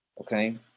Okay